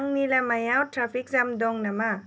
आंनि लामायाव traffic jam दं नामा